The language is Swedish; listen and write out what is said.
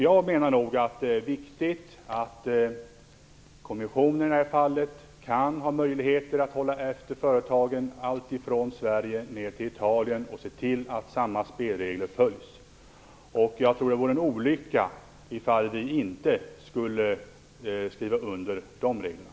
Jag menar nog att det är viktigt att kommissionen i det här fallet kan ha möjligheter att hålla efter företagen, alltifrån Sverige ner till Italien, och se till att samma spelregler följs. Jag tror att det vore en olycka om vi inte skulle skriva under de reglerna.